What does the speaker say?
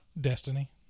Destiny